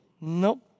nope